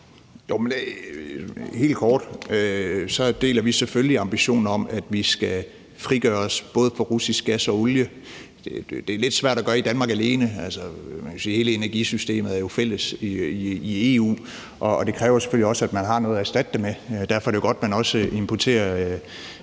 Helt kort deler vi selvfølgelig ambitionen om, at vi skal frigøre os både fra russisk gas og olie. Det er lidt svært at gøre i Danmark alene. Man kan sige, at hele energisystemet er jo fælles i EU, og det kræver selvfølgelig også, at man har noget at erstatte med. Derfor er det jo godt, at man også importerer